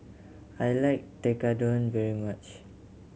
I like Tekkadon very much